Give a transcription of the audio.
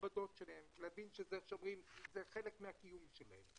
הנכבדות שלהם, להבין שזה חלק מהקיום שלהם.